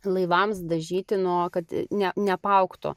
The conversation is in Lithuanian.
laivams dažyti nuo kad ne neapaugtų